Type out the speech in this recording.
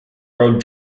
road